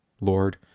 Lord